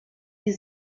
die